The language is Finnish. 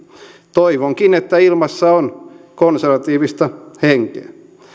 toivonkin että ilmassa on konservatiivista henkeä